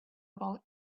about